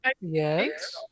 Yes